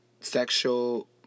sexual